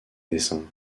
dessin